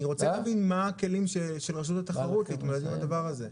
אני רוצה להבין מה הכלים של רשות התחרות להתמודד עם הדבר הזה.